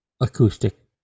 acoustic